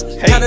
hey